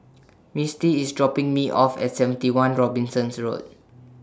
Mistie IS dropping Me off At seventy one Robinson's Road